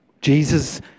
Jesus